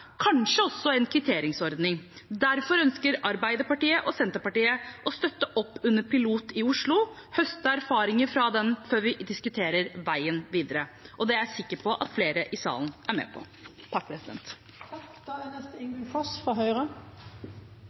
kanskje også en kvitteringsordning. Derfor ønsker Arbeiderpartiet og Senterpartiet å støtte opp under piloten i Oslo og høste erfaringer fra den før vi diskuterer veien videre, og det er jeg sikker på at flere i salen er med på.